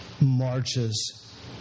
marches